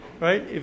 right